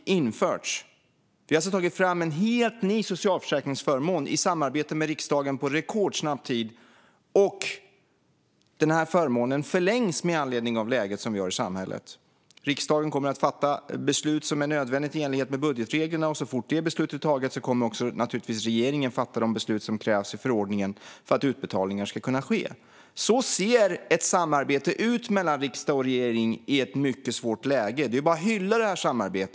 Vi har alltså på rekordsnabb tid tagit fram en helt ny socialförsäkringsförmån, i samarbete med riksdagen. Förmånen förlängs nu, med anledning av det läge vi har i samhället. Riksdagen kommer att fatta det beslut som är nödvändigt i enlighet med budgetreglerna, och så fort det beslutet är taget kommer regeringen naturligtvis att fatta de beslut som krävs i förordningen för att utbetalningar ska kunna ske. Så ser ett samarbete mellan riksdag och regering ut i ett mycket svårt läge. Det är ju bara att hylla det här samarbetet.